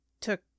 took